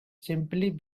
simply